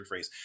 rephrase